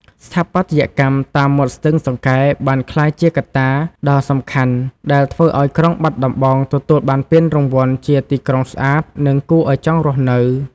ស្ថាបត្យកម្មតាមមាត់ស្ទឹងសង្កែបានក្លាយជាកត្តាដ៏សំខាន់ ដែលធ្វើឱ្យក្រុងបាត់ដំបងទទួលបានពានរង្វាន់ជាទីក្រុងស្អាត និងគួរឱ្យចង់រស់នៅ។